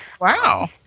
Wow